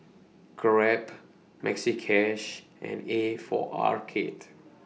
Grab Maxi Cash and A For Arcade